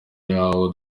y’aho